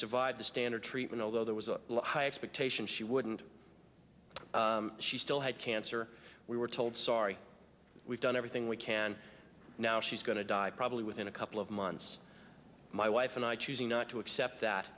survived the standard treatment although there was a high expectation she wouldn't she still had cancer we were told sorry we've done everything we can now she's going to die probably within a couple of months my wife and i choosing not to accept that